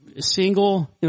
Single